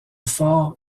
fort